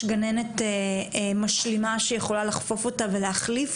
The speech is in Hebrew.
מדהימה ויש המון המון כבוד והערכה